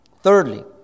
Thirdly